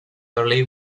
early